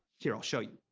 here, i'll show you.